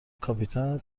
کاپیتان